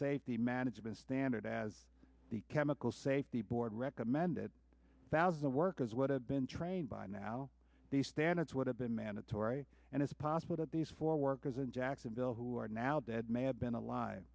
safety management standard as the chemical safety board recommended thousand workers would have been trained by now these standards would have been mandatory and it's possible that these four workers in jacksonville who are now dead may have been alive